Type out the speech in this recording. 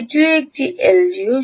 এটিও একটি এলডিও